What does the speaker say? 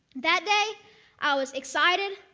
that day i was excited,